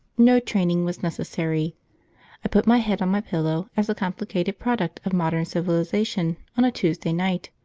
no training was necessary i put my head on my pillow as a complicated product of modern civilisation on a tuesday night,